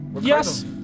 Yes